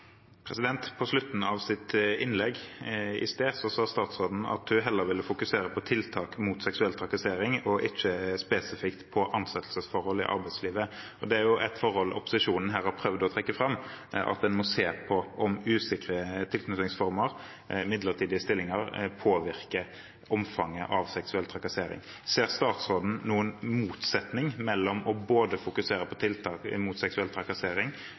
På slutten av sitt innlegg i sted sa statsråden at hun heller ville fokusere på tiltak mot seksuell trakassering, og ikke spesifikt på ansettelsesforhold i arbeidslivet. Det er ett forhold opposisjonen her har prøvd å trekke fram, at man må se på om usikre tilknytningsformer, midlertidige stillinger, påvirker omfanget av seksuell trakassering. Ser statsråden noen motsetning mellom både å fokusere på tiltak mot seksuell trakassering